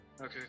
Okay